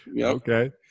Okay